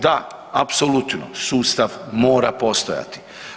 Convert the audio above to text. Da, apsolutno sustav mora postojati.